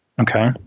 Okay